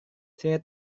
saya